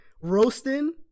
roasting